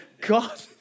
God